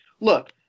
look